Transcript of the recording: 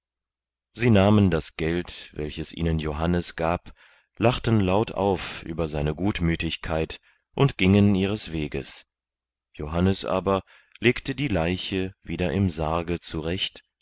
sie nahmen das geld welches ihnen johannes gab lachten laut auf über seine gutmütigkeit und gingen ihres weges johannes aber legte die leiche wieder im sarge zurecht